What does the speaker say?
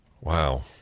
Wow